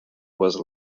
was